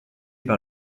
par